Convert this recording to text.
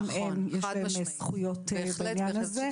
גם להם יש זכויות בעניין הזה.